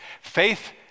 Faith